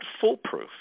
foolproof